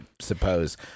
suppose